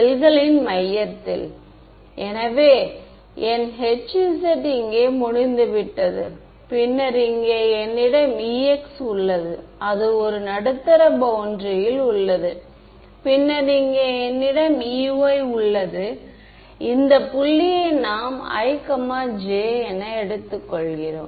செல்களின் மையத்தில் எனவே என் H z இங்கே முடிந்துவிட்டது பின்னர் இங்கே என்னிடம் E x உள்ளது அது ஒரு நடுத்தர பௌண்டரியில் உள்ளது பின்னர் இங்கே என்னிடம் E y உள்ளது இந்த புள்ளியை நாம் i j என எடுத்துக்கொள்கிறோம்